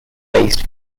based